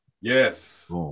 Yes